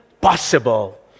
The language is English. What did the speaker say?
Possible